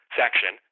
section